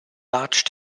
large